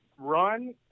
run